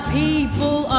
people